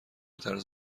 طرز